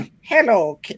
Hello